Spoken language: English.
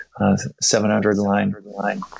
700-line